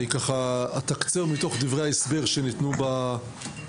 אני אקריא מתוך דברי ההסבר שניתנו לוועדה: